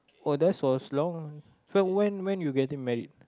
oh that's was long so when when you getting married